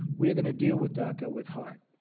we are going to deal with daca with heart.